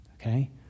Okay